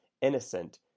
innocent